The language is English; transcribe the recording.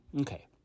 Okay